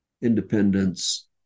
independence